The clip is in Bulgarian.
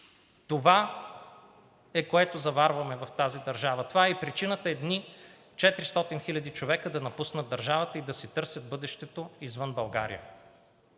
Това е, което заварваме в тази държава, това е и причината едни 400 хиляди човека да напуснат държавата и да си търсят бъдещето извън България,